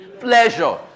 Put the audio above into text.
pleasure